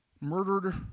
murdered